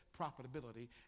profitability